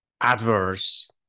adverse